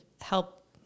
help